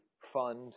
fund